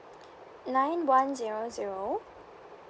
nine one zero zero